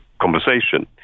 conversation